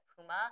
Puma